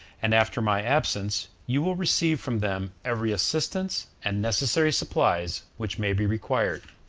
and after my absence you will receive from them every assistance and necessary supplies which may be required.